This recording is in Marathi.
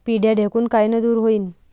पिढ्या ढेकूण कायनं दूर होईन?